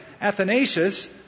Athanasius